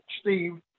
Steve